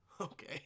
okay